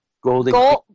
Golden